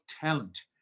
talent